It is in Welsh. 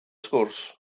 sgwrs